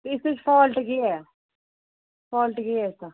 ते इस च फॉल्ट केह् ऐ ते फॉल्ट केह् ऐ इसदा